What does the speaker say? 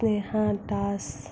Sneha Das